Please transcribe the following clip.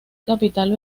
capital